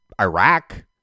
Iraq